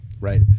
Right